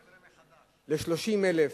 ל-30,000.